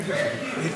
שזה לא נכון.